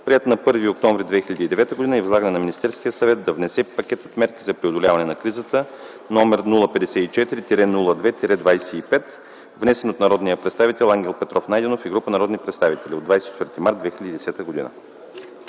приет на 1 октомври 2009 г. и възлагане на Министерския съвет да внесе пакет от мерки за преодоляване на кризата, № 054-02-25, внесен от народния представител Ангел Петров Найденов и група народни представители на 24.03.2010 г.”